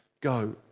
Go